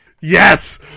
Yes